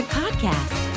podcast